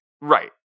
Right